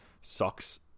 Sucks